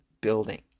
building